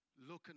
looking